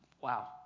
wow